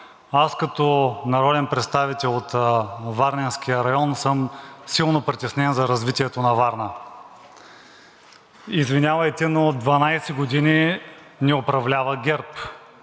Аз като народен представител от варненския район съм силно притеснен за развитието на Варна. Извинявайте, но 12 години ни управлява ГЕРБ.